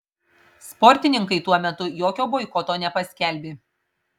sportininkai tuo metu jokio boikoto nepaskelbė